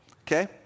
okay